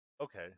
okay